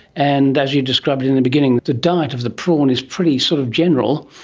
and as you described in the beginning, the diet of the prawn is pretty sort of general.